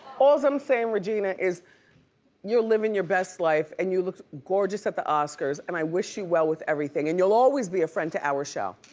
all's i'm sayin', regina, is you're livin' your best life and you looked gorgeous at the oscars and i wish you well with everything. and you'll always be a friend to our show.